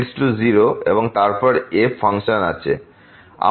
সুতরাং y→0 এবং তারপর আমাদের f ফাংশন আছে